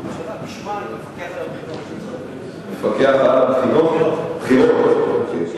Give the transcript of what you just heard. אני מציע שצוות השרים שמטפל בזה או הממשלה,